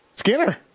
Skinner